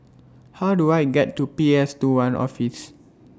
How Do I get to P S two one Office